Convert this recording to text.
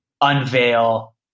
unveil